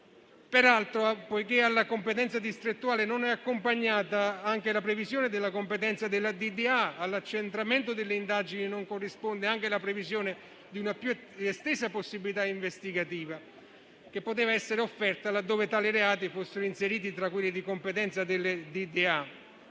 Peraltro, poiché alla competenza distrettuale non è accompagnata anche la previsione della competenza della direzione distrettuale antimafia, all'accentramento delle indagini non corrisponde anche la previsione di una più estesa possibilità investigativa, che poteva essere offerta laddove tali reati fossero inseriti tra quelli di competenza delle DDA.